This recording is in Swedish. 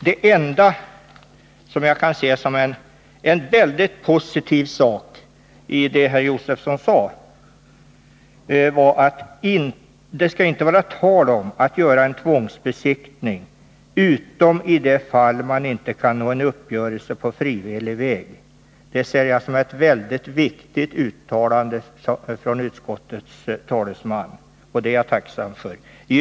Det enda som jag kan uppfatta såsom mycket positivt i herr Josefsons uttalanden är att det inte skall vara tal om tvångsbesiktning utom i de fall där man inte kan nå en uppgörelse på frivillig väg. Det ser jag som ett mycket viktigt uttalande av utskottets talesman, och jag är tacksam för det.